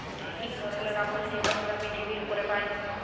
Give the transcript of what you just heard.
ইক ধরলের আবরল যেট আমরা পিরথিবীর উপরে পায়